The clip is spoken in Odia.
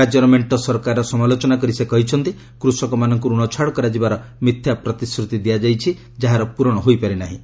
ରାଜ୍ୟର ମେଣ୍ଟ ସରକାରର ସମାଲୋଚନା କରି ସେ କହିଛନ୍ତି କୃଷକମାନଙ୍କୁ ରଣ ଛାଡ଼ କରାଯିବାର ମିଥ୍ୟା ପ୍ରତିଶ୍ରତି ଦିଆଯାଇଛି ଯାହାର ପୂରଣ ହୋଇପାରି ନାହିଁ